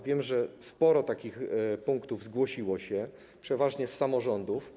Wiem, że sporo takich punktów zgłosiło się, przeważnie z samorządów.